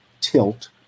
tilt